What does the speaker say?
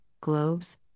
globes